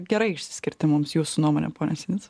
gerai išsiskirti mums jūsų nuomone pone sinica